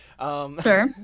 Sure